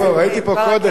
ראיתי פה קודם,